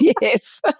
Yes